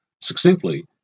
Succinctly